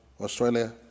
Australia